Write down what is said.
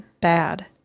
bad